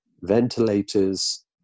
ventilators